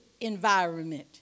environment